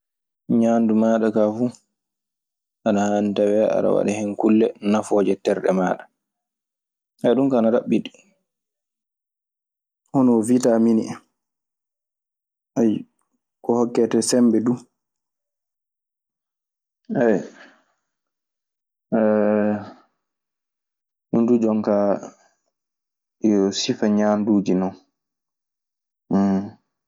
ɗun kaa, ana raɓɓiɗi. Ñaandu maaɗa kaa fuu, ana haani tawee aɗa waɗa hen kulle nafooje terɗe maaɗa. Ɗun du jonkaa yo sifa ñaanduuji non.